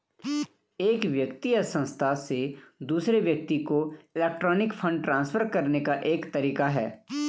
एक व्यक्ति या संस्था से दूसरे व्यक्ति को इलेक्ट्रॉनिक फ़ंड ट्रांसफ़र करने का एक तरीका है